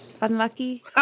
Unlucky